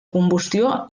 combustió